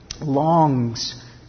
longs